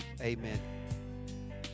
amen